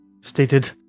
stated